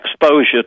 exposure